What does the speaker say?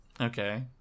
okay